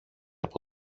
από